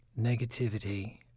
negativity